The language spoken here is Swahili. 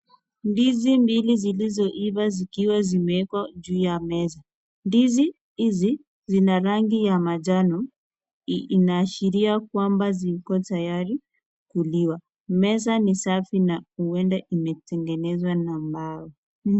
Ndizi mbili zilizoiva zikiwa zimeekwa juu ya meza. Ndizi hizi zina rangi ya manjano, inaashiria kwamba ziko tayari kuliwa. Meza ni safi na huenda imetengenezwa na mbao.